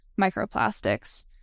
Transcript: microplastics